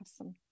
awesome